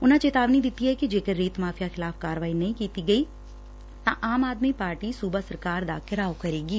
ਉਨੂਾ ਚੇਤਾਵਨੀ ਦਿੱਤੀ ਕਿ ਜੇਕਰ ਰੇਤ ਮਾਫ਼ੀਆ ਖਿਲਾਫ਼ ਕਾਰਵਾਈ ਨਹੀਂ ਕੀਤੀ ਗਈ ਤਾਂ ਆਮ ਆਦਮੀ ਪਾਰਟੀ ਸੁਬਾ ਸਰਕਾਰ ਦਾ ਘੇਰਾਓ ਕਰੇਗੀ